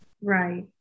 Right